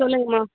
சொல்லுங்கம்மா